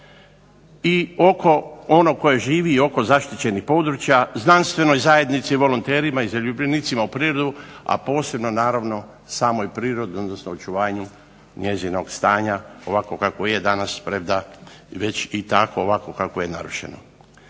i oko, ono koje živi i oko zaštićenih područja, znanstvenoj zajednici, volonterima i zaljubljenicima u prirodu, a posebno naravno samoj prirodi, odnosno očuvanju njezinog stanja ovakvo kakvo je danas premda već i takvo ovakvo kakvo je narušeno.